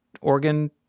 organ